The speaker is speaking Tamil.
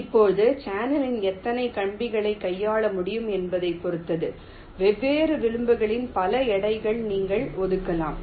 இப்போது சேனலின் எத்தனை கம்பிகளைக் கையாள முடியும் என்பதைப் பொறுத்தது வெவ்வேறு விளிம்புகளுக்கு சில எடைகளை நீங்கள் ஒதுக்கலாம்